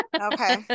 Okay